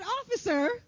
officer